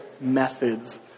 methods